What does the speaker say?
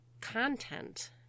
content